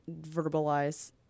verbalize